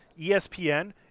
ESPN –